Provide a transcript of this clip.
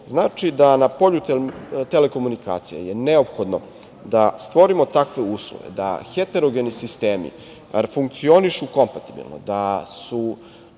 Znači da je na polju telekomunikacije neophodno da stvorimo takve uslove da heterogeni sistemi funkcionišu kompatibilno, da su